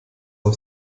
auf